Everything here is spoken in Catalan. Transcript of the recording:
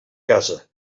casa